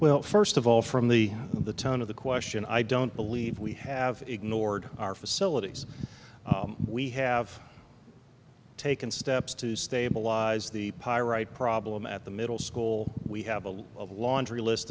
well first of all from the the tone of the question i don't believe we have ignored our facilities we have taken steps to stabilize the pyrite problem at the middle school we have a lot of laundry list